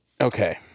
Okay